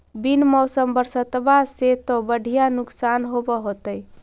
बिन मौसम बरसतबा से तो बढ़िया नुक्सान होब होतै?